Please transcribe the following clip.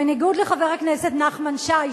בניגוד לחבר הכנסת נחמן שי,